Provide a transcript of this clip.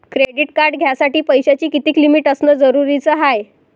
Credit card घ्यासाठी पैशाची कितीक लिमिट असनं जरुरीच हाय?